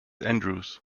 andrews